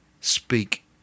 speak